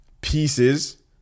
pieces